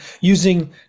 using